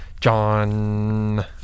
John